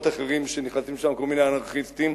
אחרים שנכנסים לשם כל מיני אנרכיסטים,